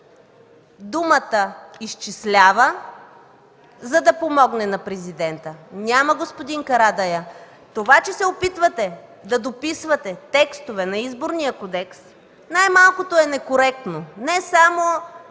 думата „изчислява”, за да помогне на президента? Няма, господин Карадайъ. Това че се опитвате да дописвате текстове на Изборния кодекс, най-малкото е некоректно не само